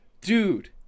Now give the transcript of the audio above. dude